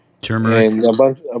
Turmeric